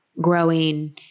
growing